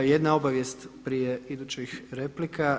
Jedna obavijest prije idućih replika.